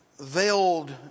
veiled